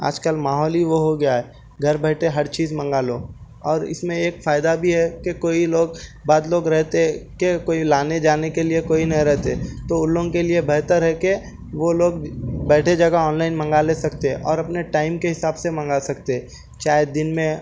آج کل ماحول ہی وہ ہوگیا ہے گھر بیٹھے ہر چیز منگا لو اور اِس میں ایک فائدہ بھی ہے کہ کوئی لوگ بعد لوگ رہتے کہ کوئی لانے جانے کے لیے کوئی نہیں رہتے تو اُن لوگوں کے لیے بہتر ہے کہ وہ لوگ بیٹھے جگہ آن لائن منگا لے سکتے اور اپنے ٹائم کے حساب سے منگا سکتے چاہے دِن میں